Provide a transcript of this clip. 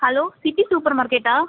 hello city super மார்க்கெட்டா